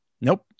nope